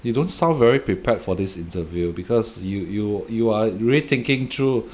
you don't sound very prepared for this interview because you you you are really thinking through